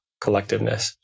collectiveness